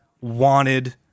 wanted